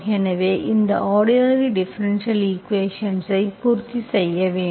எனவே இந்த ordinary differential ஈக்குவேஷன்ஸ்ஐ பூர்த்தி செய்ய வேண்டும்